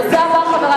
הנושא הבא,